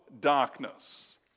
darkness